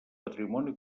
patrimoni